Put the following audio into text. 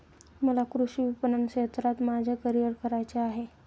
मला कृषी विपणन क्षेत्रात माझे करिअर करायचे आहे